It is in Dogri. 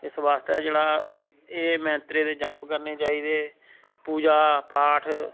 इस आस्तै जेह्ड़ा एह् मैंत्रें दे जप करने चाहिदे पूजा पाठ